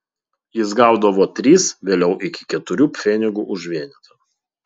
jis gaudavo tris vėliau iki keturių pfenigų už vienetą